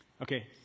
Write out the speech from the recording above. Okay